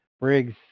Briggs